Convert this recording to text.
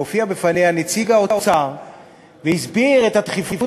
הופיע בפניה נציג האוצר והסביר את הדחיפות